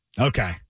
Okay